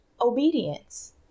obedience